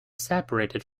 separated